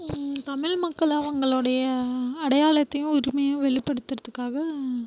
தமிழ் மக்கள் அவர்களுடைய அடையாளத்தையும் உரிமையும் வெளிப்படுத்துகிறத்துக்காக